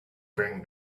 bring